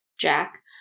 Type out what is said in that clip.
Jack